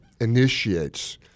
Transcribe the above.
initiates